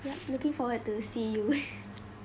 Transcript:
yup looking forward to see you